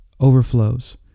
overflows